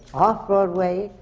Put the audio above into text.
off-broadway,